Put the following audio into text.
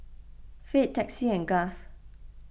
Fate Texie and Garth